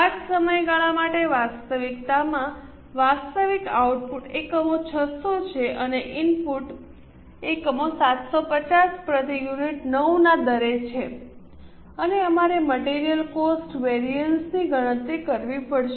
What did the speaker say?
આ જ સમયગાળા માટે વાસ્તવિકતામાં વાસ્તવિક આઉટપુટ એકમો 600 છે અને ઇનપુટ એકમો 750 પ્રતિ યુનિટ 9 ના દરે છે અને અમારે મટિરિયલ કોસ્ટ વેરિઅન્સની ગણતરી કરવી પડશે